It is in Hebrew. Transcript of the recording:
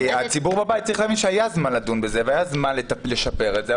כי הציבור בבית צריך להבין שהיה זמן לדון בזה והיה זמן לשפר את זה,